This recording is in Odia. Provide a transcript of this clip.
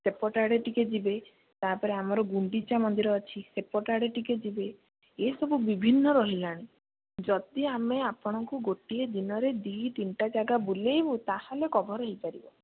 ସେପଟ ଆଡ଼େ ଟିକେ ଯିବେ ତା ପରେ ଆମର ଗୁଣ୍ଡିଚା ମନ୍ଦିର ଅଛି ସେପଟ ଆଡ଼େ ଟିକେ ଯିବେ ଇଏ ସବୁ ବିଭିନ୍ନ ରହିଲାଣି ଯଦି ଆମେ ଆପଣଙ୍କୁ ଗୋଟିଏ ଦିନରେ ଦୁଇ ତିନିଟା ଜାଗା ବୁଲେଇବୁ ତା'ହେଲେ କଭର ହେଇପାରିବ